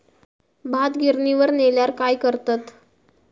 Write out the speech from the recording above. भात गिर्निवर नेल्यार काय करतत?